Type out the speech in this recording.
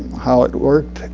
how it worked,